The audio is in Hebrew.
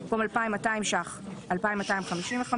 במקום 2,200 ש"ח 2,255,